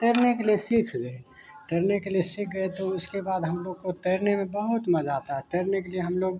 तैरने के लिए सीख गए तैरने के लिए सीख गए तो उसके बाद हम लोग को तैरने में बहुत मजा आता है तैरने के लिए हम लोग